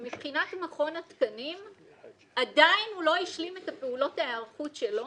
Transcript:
שמבחינת מכון התקנים עדיין הוא לא השלים את פעולות ההיערכות שלו.